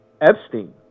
Epstein